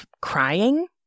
crying